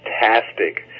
fantastic